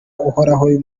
uhoraho